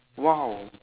!wow!